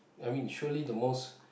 I mean surely the most